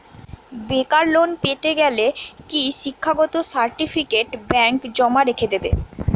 বেকার লোন পেতে গেলে কি শিক্ষাগত সার্টিফিকেট ব্যাঙ্ক জমা রেখে দেবে?